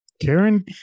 Karen